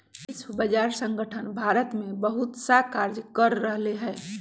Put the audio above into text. विश्व व्यापार संगठन भारत में बहुतसा कार्य कर रहले है